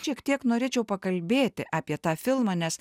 šiek tiek norėčiau pakalbėti apie tą filmą nes